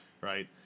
Right